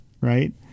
right